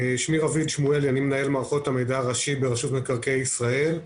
אני מנהל מערכות מידע ראשי ברשות מקרקעי ישראל.